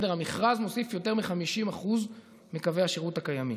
המכרז מוסיף יותר מ-50% מקווי השירות הקיימים.